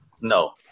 No